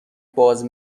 باز